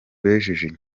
bejeje